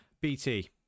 bt